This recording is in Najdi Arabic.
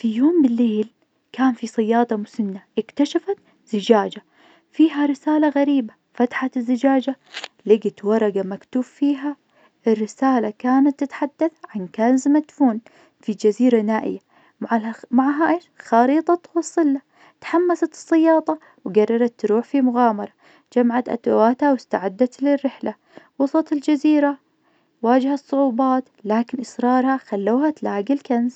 في يوم من ليل كان في صيادة مسنة اكتشفت زجاجة فيها رسالة غريبة فتحت الزجاجة لقت ورقة مكتوب فيها الرسالة كانت تتحدث عن كنز مدفون في جزيرة نائية معخ- معها إيش خريطة توصله، تحمست الصيادة وقررت تروح في مغامرة. جمعت أدواتها واستعدت للرحلة، وصلت الجزيرة واجهت صعوبات لكن إصرارها خلوها تلاقي الكنز.